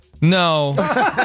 No